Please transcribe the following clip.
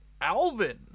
Alvin